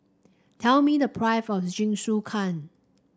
tell me the of Jingisukan